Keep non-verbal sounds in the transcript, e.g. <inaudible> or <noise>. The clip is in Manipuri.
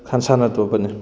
<unintelligible>